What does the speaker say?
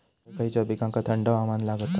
खय खयच्या पिकांका थंड हवामान लागतं?